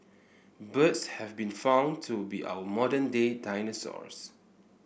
birds have been found to be our modern day dinosaurs